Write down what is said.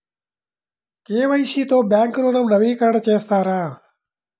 KYC తో bank ఋణం నవీకరణ చేస్తారా?